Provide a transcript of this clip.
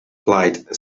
flight